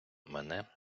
мане